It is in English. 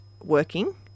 working